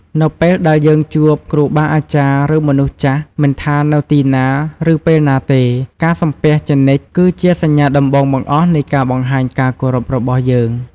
នៅពេលដែលយើងជួប គ្រូបាអាចារ្យ ឬ មនុស្សចាស់ មិនថានៅទីណា ឬពេលណាទេ ការសំពះជានិច្ច គឺជាសញ្ញាដំបូងបង្អស់នៃការបង្ហាញការគោរពរបស់យើង។